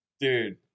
Dude